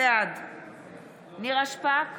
בעד נירה שפק,